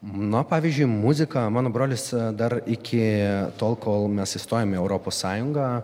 na pavyzdžiui muzika mano brolis dar iki tol kol mes įstojom į europos sąjungą